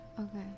Okay